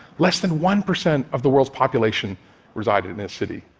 less than one percent of the world's population resided in a city.